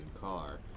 car